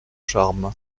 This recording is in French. charme